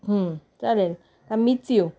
चालेल का मीच येऊ